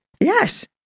Yes